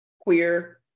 queer